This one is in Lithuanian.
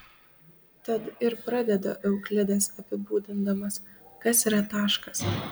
tad ir pradeda euklidas apibūdindamas kas yra taškas